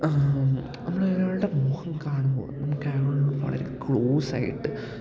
നമ്മള് ഒരാളുടെ മുഖം കാണുമ്പോള് നമുക്കയാളോട് വളരെ ക്ലോസ് ആയിട്ട്